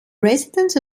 residence